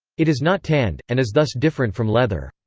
it is not tanned, and is thus different from leather.